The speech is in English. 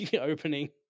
opening